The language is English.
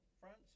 France